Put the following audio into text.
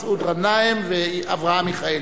מסעוד גנאים ואברהם מיכאלי.